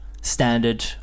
Standard